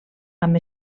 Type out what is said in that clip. amb